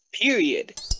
Period